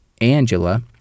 Angela